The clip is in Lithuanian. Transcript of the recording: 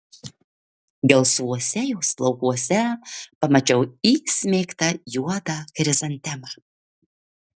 gelsvuose jos plaukuose pamačiau įsmeigtą juodą chrizantemą